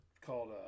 called